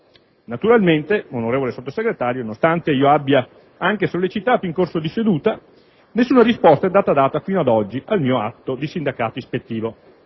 Naturalmente, onorevole Sottosegretario, nonostante io l'abbia anche sollecitata in corso di seduta, nessuna risposta è stata data fino ad oggi al mio atto di sindacato ispettivo.